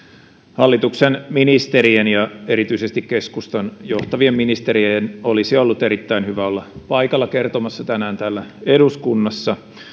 hallituksen ministerien ja erityisesti keskustan johtavien ministereiden olisi ollut erittäin hyvä olla paikalla kertomassa tänään täällä eduskunnassa